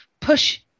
push